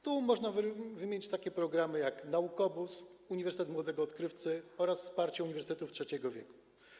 Tu można wymienić takie programy jak „Naukobus”, „Uniwersytet młodego odkrywcy” oraz „Wsparcie uniwersytetów trzeciego wieku”